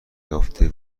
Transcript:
یافته